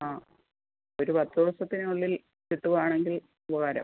ആ ഒരു പത്ത് ദിവസത്തിന് ഉള്ളിൽ കിട്ടുകയാണെങ്കിൽ ഉപകാരം